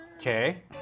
Okay